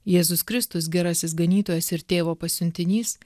jėzus kristus gerasis ganytojas ir tėvo pasiuntinys